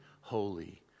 holy